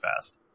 fast